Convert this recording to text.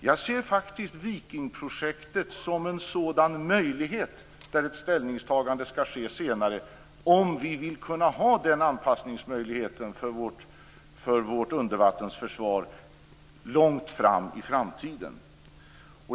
Jag ser faktiskt Vikingprojektet som en sådan möjlighet - där skall ett ställningstagande ske senare - om vi vill kunna ha den anpassningsmöjligheten för vårt undervattensförsvar långt fram i framtiden.